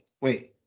wait